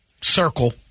circle